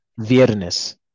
Viernes